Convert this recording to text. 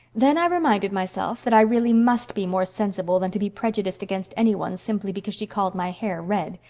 then i reminded myself that i really must be more sensible than to be prejudiced against any one simply because she called my hair red.